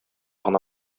гына